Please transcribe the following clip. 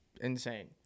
insane